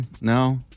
no